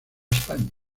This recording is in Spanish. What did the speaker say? españa